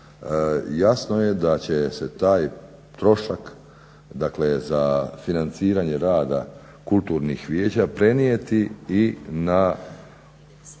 jasno je da će se taj trošak dakle za financiranje rada kulturnih vijeća prenijeti i na